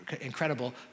incredible